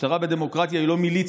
משטרה בדמוקרטיה היא לא מיליציה,